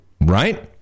Right